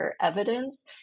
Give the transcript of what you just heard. evidence